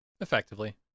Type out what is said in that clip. Effectively